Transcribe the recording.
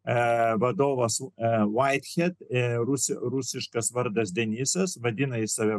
vadovas rusų rusiškas vardas denisas vadina jis save